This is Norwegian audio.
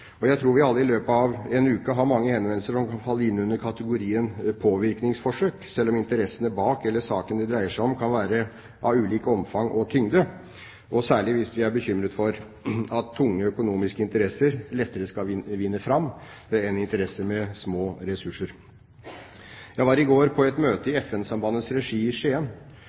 Jeg tror vi alle i løpet av en uke har mange henvendelser som kan falle inn under kategorien påvirkningsforsøk, selv om interessene bak eller saken det dreier seg om, kan være av ulik omfang og tyngde, og særlig hvis vi er bekymret for at tunge økonomiske interesser lettere skal vinne fram enn interesser med små ressurser. Jeg var i går på et møte i FN-sambandets regi